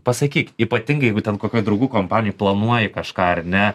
pasakyk ypatingai jeigu ten kokioj draugų kompanijoj planuoji kažką ar ne